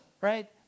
right